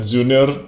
Junior